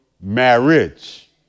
marriage